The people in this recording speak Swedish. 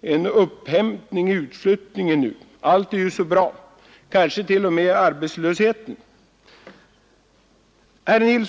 en upphämtning i utflyttningen. Kanske t.o.m. arbetslösheten är bra?